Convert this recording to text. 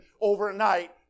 overnight